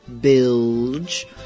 Bilge